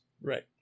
Right